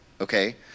Okay